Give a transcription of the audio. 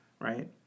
right